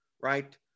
right